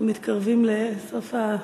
אנחנו מתקרבים לסוף.